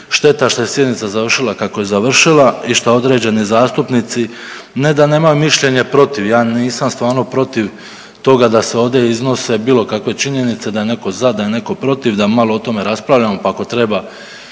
Šteta što je sjednica završila kako je završila i što određeni zastupnici ne da nemaju mišljenje protiv. Ja nisam stvarno protiv toga da se ovdje iznose bilo kakve činjenice da je neto za, da je netko protiv, da malo o tome raspravljamo pa ako treba